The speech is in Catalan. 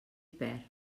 perd